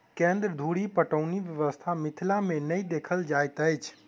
केन्द्र धुरि पटौनी व्यवस्था मिथिला मे नै देखल जाइत अछि